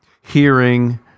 hearing